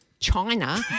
China